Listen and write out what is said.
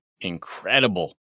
Incredible